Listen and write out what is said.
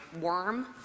Worm